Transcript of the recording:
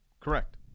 correct